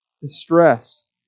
distress